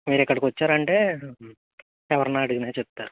మీరు ఇక్కడికి వచ్చారంటే ఎవరిని అడిగినా చెప్తారు